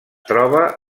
troba